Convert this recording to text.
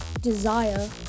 desire